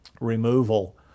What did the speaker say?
removal